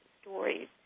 stories